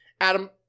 Adam